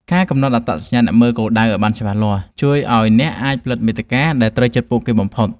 ការកំណត់អត្តសញ្ញាណអ្នកមើលគោលដៅឱ្យបានច្បាស់លាស់ ជួយឱ្យអ្នកអាចផលិតមាតិកាដែលត្រូវចិត្តពួកគេបំផុត។